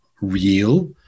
real